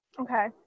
Okay